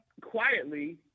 quietly